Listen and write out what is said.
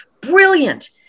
brilliant